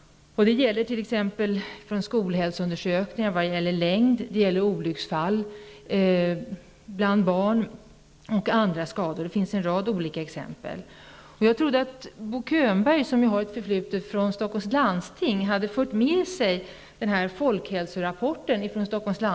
Det gäller t.ex. skolhälsoundersökningar av längd, olycksfall och andra skador bland barn. Jag trodde att Bo Könberg, som har ett förflutet i Stockholms läns landsting, hade tagit med sig folkhälsorapporten därifrån.